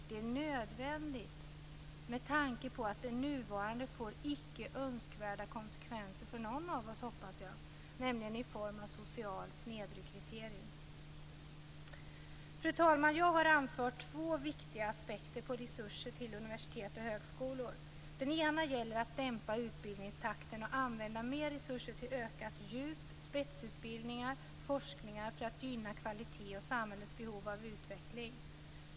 Det är nödvändigt med tanke på att det nuvarande får icke önskvärda konsekvenser, nämligen i form av social snedrekrytering. Fru talman! Jag har anfört två viktiga aspekter på resurser till universitet och högskolor. Den ena gäller att dämpa utbildningstakten och använda mer resurser till ökat djup, spetsutbildningar och forskning för att gynna kvalitet och samhällets behov av utveckling.